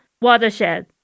Watershed